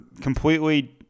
completely